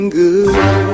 good